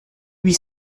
huit